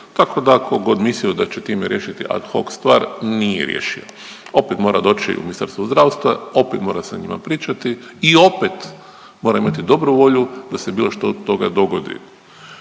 Kako da ako god mislio da će time riješiti ad hoc stvar, nije riješio, opet mora doći u Ministarstvo zdravstva, opet mora sa njima pričati i opet mora imati dobru volju da se bilo šta od toga dogodi.